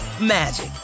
magic